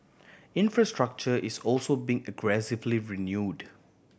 infrastructure is also being aggressively renewed